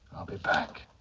i'll be back.